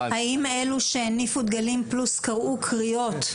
האם אלו שהניפו דגלים וקראו קריאות,